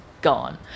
gone